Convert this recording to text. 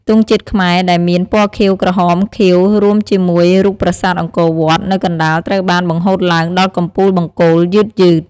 ទង់ជាតិខ្មែរ ដែលមាន ពណ៌ខៀវ ក្រហម ខៀវ រួមជាមួយ រូបប្រាសាទអង្គរវត្ត នៅកណ្ដាល ត្រូវបាន បង្ហូតឡើងដល់កំពូលបង្គោល យឺតៗ។